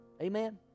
Amen